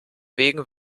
wegen